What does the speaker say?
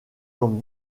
comme